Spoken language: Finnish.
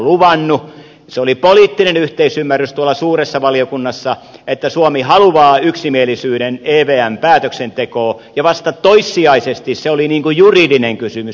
se oli poliittinen yhteisymmärrys tuolla suuressa valiokunnassa että suomi haluaa yksimielisyyden evmn päätöksentekoon ja vasta toissijaisesti se oli niin kuin juridinen kysymys